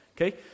okay